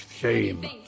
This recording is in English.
shame